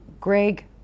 Greg